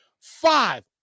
five